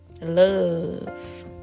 love